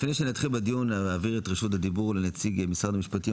לפני שנתחיל בדיון אעביר את רשות הדיבור לנציג משרד המשפטים,